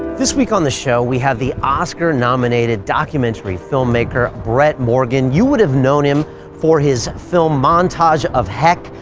this week on the show, we have the oscar nominated documentary filmmaker brett morgen. you would've known him for his film montage of heck,